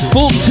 Full